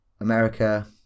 America